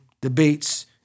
Debates